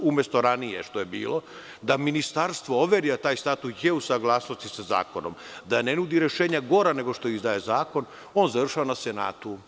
Umesto ranije što je bilo da ministarstvo overi – taj statut je u saglasnosti sa zakonom, da ne nudi rešenja gora nego što izdaje zakon, on završava na senatu.